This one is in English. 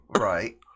Right